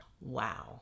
wow